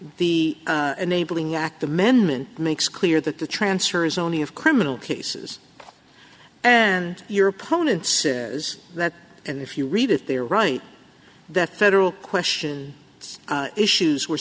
the enabling act amendment makes clear that the transfer is only of criminal cases and your opponent says that and if you read it they are right that federal question issues were